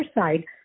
side